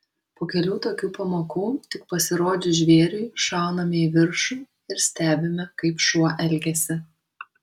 po kelių tokių pamokų tik pasirodžius žvėriui šauname į viršų ir stebime kaip šuo elgiasi